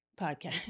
podcast